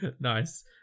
Nice